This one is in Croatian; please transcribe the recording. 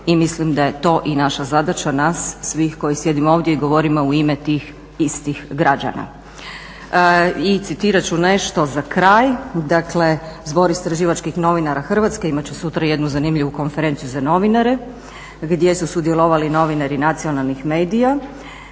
Mislim da je to i naša zadaća nas svih koji sjedimo ovdje i govorimo u ime tih istih građana. I citirat ću nešto za kraj, dakle Zbor istraživačkih novinara Hrvatske imat će sutra jednu zanimljivu konferenciju za novinare gdje su sudjelovali novinari nacionalnih medija